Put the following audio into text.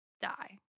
die